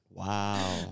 Wow